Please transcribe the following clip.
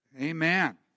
Amen